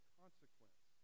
consequence